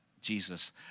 Jesus